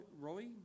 Roy